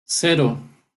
cero